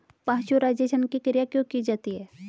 Pasteurisation की क्रिया क्यों की जाती है?